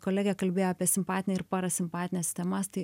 kolegė kalbėjo apie simpatinę ir parasimpatinę sistemas tai